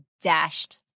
dashed